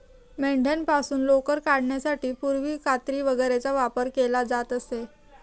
मेंढ्यांपासून लोकर काढण्यासाठी पूर्वी कात्री वगैरेचा वापर केला जात असे